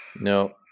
No